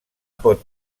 pot